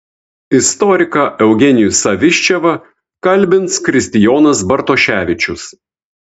istoriką eugenijų saviščevą kalbins kristijonas bartoševičius